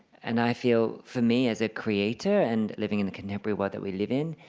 and i feel for me as a creator and living in the contemporary world that we live in,